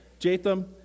Jatham